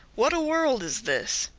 what a world is this!